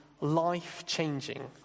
life-changing